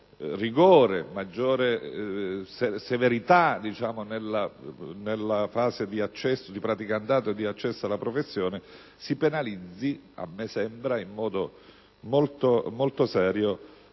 rigore e maggiore selettività nella fase di praticantato e di accesso alla professione, si penalizzi - a me sembra - in modo molto serio